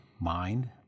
mind